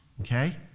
Okay